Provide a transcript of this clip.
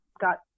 got